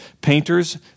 painters